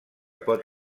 pot